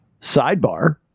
Sidebar